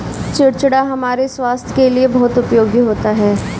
चिचिण्डा हमारे स्वास्थ के लिए बहुत उपयोगी होता है